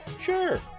Sure